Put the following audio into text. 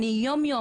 ואני יום יום,